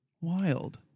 Wild